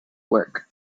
work